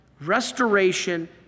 restoration